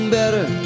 better